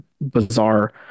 bizarre